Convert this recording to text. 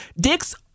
Dicks